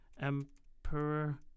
Emperor